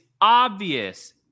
obvious